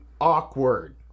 awkward